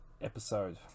episode